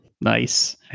nice